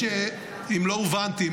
אם לא הובנתי,